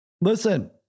Listen